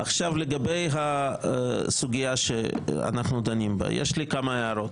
לגבי הסוגיה שאנחנו דנים בה, יש לי כמה הערות.